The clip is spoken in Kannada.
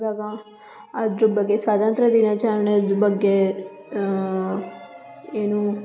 ಇವಾಗ ಅದ್ರ ಬಗ್ಗೆ ಸ್ವಾತಂತ್ರ್ಯ ದಿನಾಚರ್ಣೆಯ ಬಗ್ಗೆ ಏನು